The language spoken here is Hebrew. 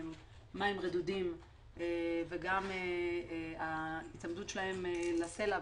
במים רדודים וגם ההיצמדות שלהם לסלע,